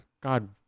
God